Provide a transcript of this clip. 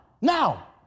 Now